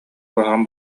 куһаҕан